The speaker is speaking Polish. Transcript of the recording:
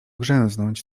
grzęznąć